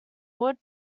wood